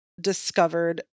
discovered